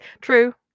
True